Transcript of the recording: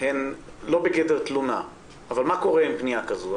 הן לא בגדר תלונה אבל מה קורה עם פנייה כזו?